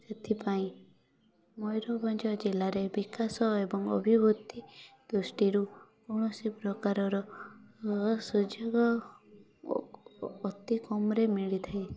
ସେଥିପାଇଁ ମୟୁରଭଞ୍ଜ ଜିଲ୍ଲାରେ ବିକାଶ ଏବଂ ଅଭିବୃଦ୍ଧି ଦୃଷ୍ଟିରୁ କୌଣସି ପ୍ରକାରର ସୁଯୋଗ ଅତିକମ୍ରେ ମିଳିଥାଏ